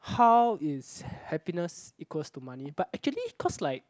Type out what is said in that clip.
how is happiness equals to money but actually cause like